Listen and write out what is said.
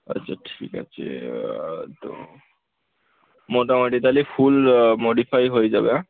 আচ্চা ঠিক আচে তো মোটামোটি তালে ফুল মডিফাই হয়ে যাবে হ্যাঁ